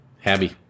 Happy